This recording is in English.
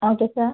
okay sir